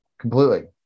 completely